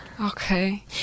Okay